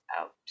out